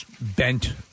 bent